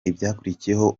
ibyakurikiye